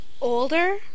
older